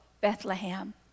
Bethlehem